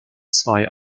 zwei